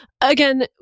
again